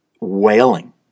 wailing